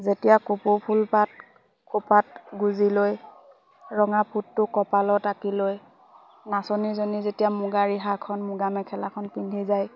যেতিয়া কুপৌ ফুলপাত খোপাত গুজি লৈ ৰঙা ফুটটো কপালত আঁকি লৈ নাচনীজনী যেতিয়া মুগা ৰিহাখন মুগা মেখেলাখন পিন্ধি যায়